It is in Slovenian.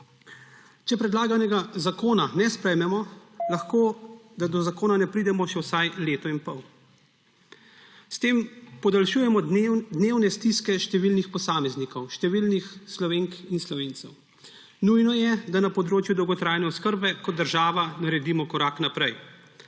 Če predlaganega zakona ne sprejmemo, lahko da do zakona ne pridemo še vsaj leto in pol. S tem podaljšujemo dnevne stiske številnih posameznikov, številnih Slovenk in Slovencev. Nujno je, da na področju dolgotrajne oskrbe kot država naredimo korak naprej.